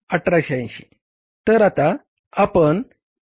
1880 बरोबर